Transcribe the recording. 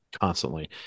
constantly